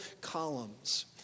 columns